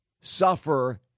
suffer